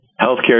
healthcare